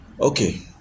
Okay